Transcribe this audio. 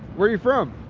where you from,